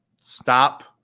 stop